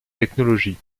technologies